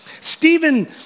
Stephen